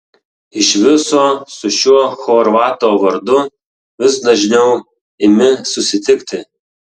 iš viso su šiuo chorvato vardu vis dažniau imi susitikti